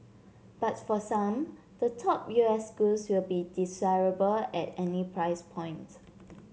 but for some the top U S schools will be desirable at any price point